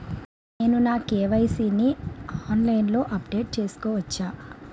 నేను నా కే.వై.సీ ని ఆన్లైన్ లో అప్డేట్ చేసుకోవచ్చా?